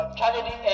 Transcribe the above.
tragedy